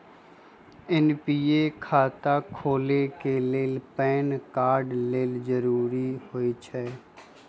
NPS खता खोले के लेल पैन कार्ड लेल जरूरी होइ छै